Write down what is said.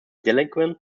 delinquent